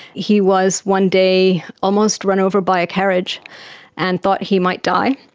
he was one day almost run over by a carriage and thought he might die.